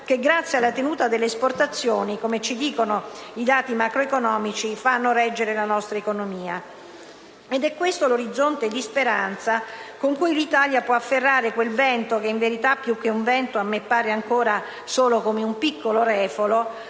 che, grazie alla tenuta delle esportazioni, come dicono i dati macroeconomci, fa reggere la nostra economia. È questo l'orizzonte di speranza con cui l'Italia può afferrare quel vento (che, in verità, a me pare, più che un vento, ancora solo come un piccolo refolo)